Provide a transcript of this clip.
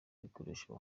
ibikoresho